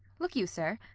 look you, sir,